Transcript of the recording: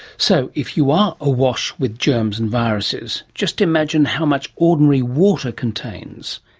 so if you are awash with germs and viruses, just imagine how much ordinary water contains,